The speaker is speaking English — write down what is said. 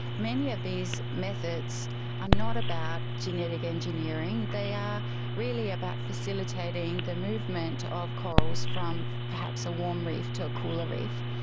many of these methods are not about genetic engineering, they are really about facilitating the movement of corals from perhaps a warm reef to a cooler reef.